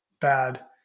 bad